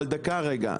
אבל דקה רגע,